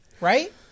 Right